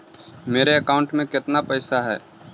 मेरे अकाउंट में केतना पैसा है?